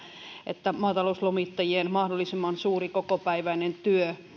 että maatalouslomittajien mahdollisimman suuri kokopäiväinen työ